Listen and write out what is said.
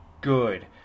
good